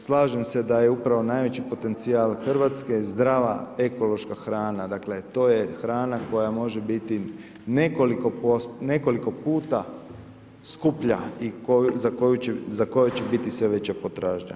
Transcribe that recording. Slažem se da je upravo najveći potencijal Hrvatske zdrava, ekološka hrana, dakle to je hrana koja može biti nekoliko puta skuplja i za koju će biti sve veća potražnja.